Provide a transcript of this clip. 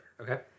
Okay